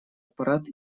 аппарат